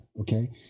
Okay